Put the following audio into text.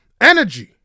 energy